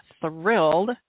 thrilled